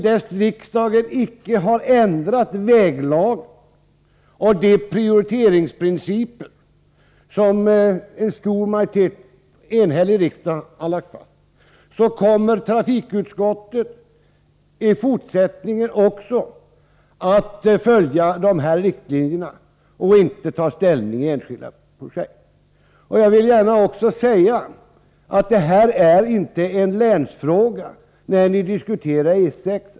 Så länge riksdagen icke har ändrat väglagen och de prioriteringsprinciper som en enhällig riksdag lagt fast kommer trafikutskottet fortsätta att följa dessa riktlinjer och inte ta ställning till enskilda projekt. Jag vill gärna också säga att frågan om E 6 inte är en länsfråga.